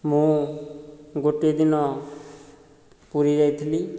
ମୁଁ ଗୋଟିଏ ଦିନ ପୁରୀ ଯାଇଥିଲି